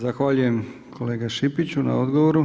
Zahvaljujem kolega Šipiću na odgovoru.